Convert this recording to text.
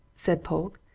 said polke,